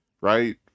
right